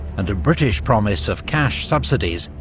and a british promise of cash subsidies,